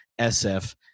SF